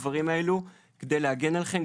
אנחנו עושים את הדברים האלו כדי להגן עליכם,